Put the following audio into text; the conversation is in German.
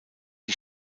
die